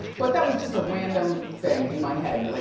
but that was just a random thing in my head. like